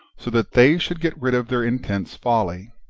so that they should get rid of their intense folly.